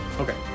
Okay